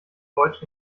deutsch